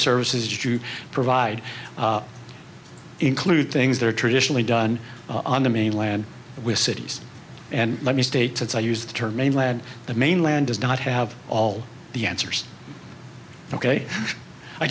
services you provide include things that are traditionally done on the mainland with cities and let me state since i use the term mainland the mainland does not have all the answers ok